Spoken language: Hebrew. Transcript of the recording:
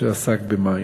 שעסק במים.